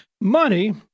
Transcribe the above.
money